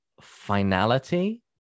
finality